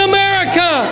America